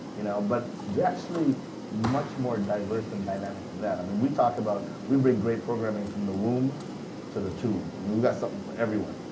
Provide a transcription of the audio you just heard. you know but they're actually much more diverse and dynamic than that. i mean we talk about we bring great programming from the womb to the tomb, and we got something for everyone.